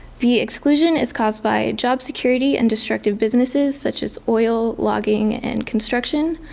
the exclusion is caused by job security and destructive businesses such as oil, logging and construction,